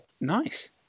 Nice